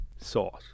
sauce